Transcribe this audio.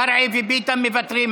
קרעי וביטן מוותרים.